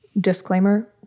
disclaimer